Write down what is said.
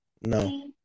No